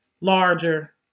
larger